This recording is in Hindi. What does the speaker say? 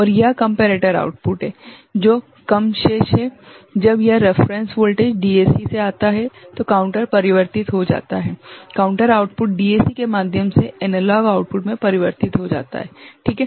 और यह कम्पेरेटर आउटपुट है जो कम शेष है जब यह रेफरेंस वोल्टेज DAC से आता है तो काउंटर परिवर्तित हो जाता है काउंटर आउटपुट DAC के माध्यम से एनालॉग आउटपुट में परिवर्तित हो जाता है ठीक है